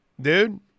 Dude